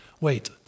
wait